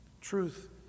Truth